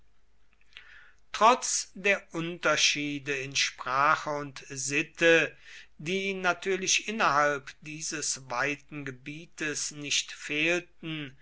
trotz der unterschiede in sprache und sitte die natürlich innerhalb dieses weiten gebietes nicht fehlten